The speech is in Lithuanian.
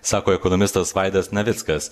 sako ekonomistas vaidas navickas